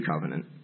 Covenant